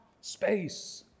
Space